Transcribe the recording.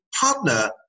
partner